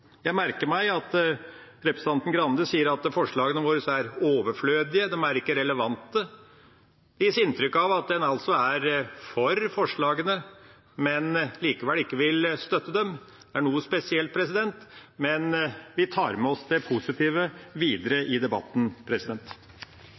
Jeg merker meg at representanten Grande sier at forslagene våre er overflødige, at de ikke er relevante. Det gis altså inntrykk av at en er for forslagene, men likevel ikke vil støtte dem. Det er noe spesielt, men vi tar med oss det positive videre